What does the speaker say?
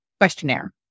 questionnaire